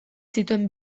zituen